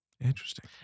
Interesting